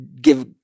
give